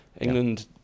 England